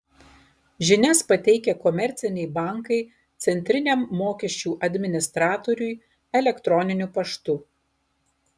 žinias pateikia komerciniai bankai centriniam mokesčių administratoriui elektroniniu paštu